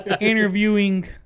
interviewing